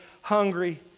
hungry